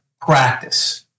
practice